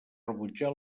rebutjar